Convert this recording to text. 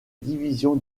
division